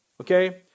okay